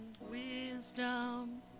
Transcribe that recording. wisdom